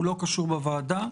היא לא קשורה בוועדה.